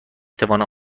توانم